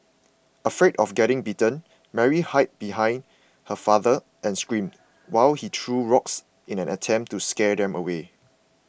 afraid of getting bitten Mary hid behind her father and screamed while he threw rocks in an attempt to scare them away